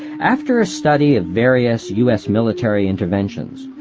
after a study of various u s. military interventions,